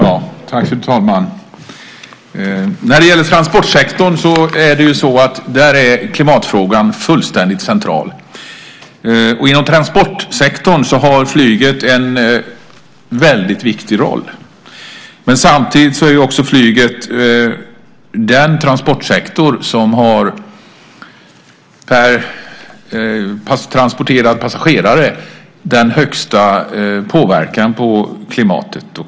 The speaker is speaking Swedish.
Fru talman! När det gäller transportsektorn är klimatfrågan fullständigt central. Genom transportsektorn har flyget en väldigt viktig roll. Flyget är samtidigt den transportsektor som per transporterad passagerare har den högsta påverkan på klimatet.